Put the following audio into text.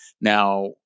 Now